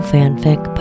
Fanfic